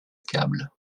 câble